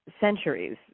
centuries